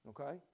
okay